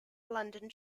london